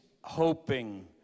hoping